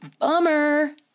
Bummer